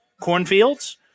Cornfields